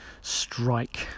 strike